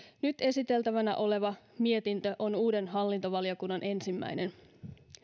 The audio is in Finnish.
nyt esiteltävänä oleva mietintö on uuden hallintovaliokunnan ensimmäinen